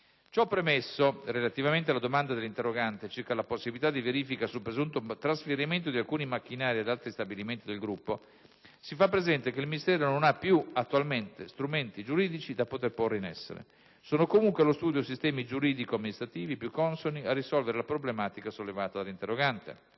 Ciò premesso, relativamente alla domanda dell'interrogante circa la possibilità di verifica sul presunto trasferimento di alcuni macchinari ad altri stabilimenti del gruppo, si fa presente che il Ministero non ha più, attualmente, strumenti giuridici da poter porre in essere. Sono, comunque, allo studio sistemi giuridici e amministrativi più consoni a risolvere la problematica sollevata dall'interrogante.